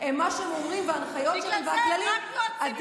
וגם